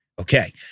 Okay